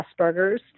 Asperger's